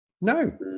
No